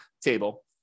table